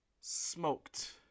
smoked